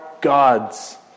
God's